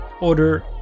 order